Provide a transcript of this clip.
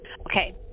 Okay